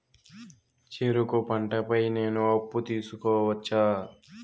చెరుకు పంట పై నేను అప్పు తీసుకోవచ్చా?